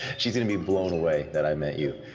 she's gonna be blown away that i met you.